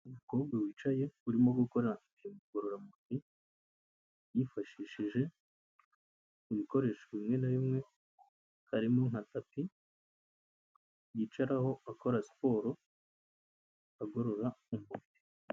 Umukobwa wicaye urimo gukora siporo ngororamubiri yifashishije ibikoresho bimwe na bimwe, harimo nka tapi yicaraho akora siporo agorora umubiri.